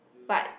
but